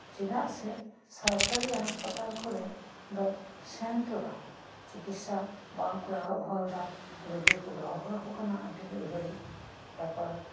ᱪᱮᱫᱟᱜ ᱥᱮ ᱥᱚᱨᱠᱟᱨᱤ ᱦᱟᱥᱯᱟᱛᱟᱞ ᱠᱚᱨᱮ ᱫᱚ ᱥᱮᱱ ᱛᱚᱨᱟ ᱪᱤᱠᱤᱥᱥᱟ ᱵᱟᱝ ᱠᱚ ᱮᱦᱚᱵ ᱦᱚᱫᱟ ᱨᱳᱜᱤ ᱠᱚ ᱫᱚᱦᱚ ᱠᱟᱠᱚ ᱠᱟᱱᱟ ᱟᱰᱤ ᱜᱷᱟᱲᱤᱡ ᱛᱟᱯᱚᱨ